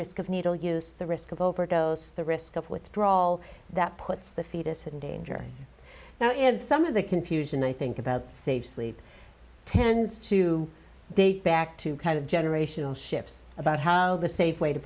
risk of needle use the risk of overdose the risk of withdraw all that puts the fetus in danger now is some of the confusion i think about save sleep tends to date back to kind of generation ships about how the safe way to